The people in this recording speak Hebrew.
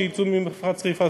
שיצאו ממפרץ חיפה,